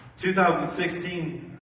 2016